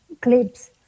clips